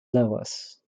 lovers